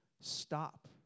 Stop